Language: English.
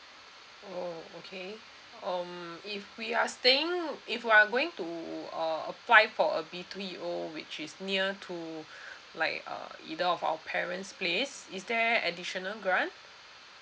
oh okay um if we are staying if we are going uh apply for a B_T_O which is near to like uh either of our parent's place is there additional grant